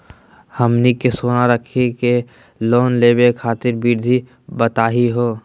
हमनी के सोना रखी के लोन लेवे खातीर विधि बताही हो?